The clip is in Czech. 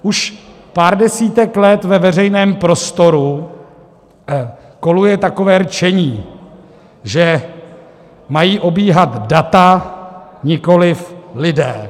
Už pár desítek let ve veřejném prostoru koluje takové rčení, že mají obíhat data, nikoliv lidé.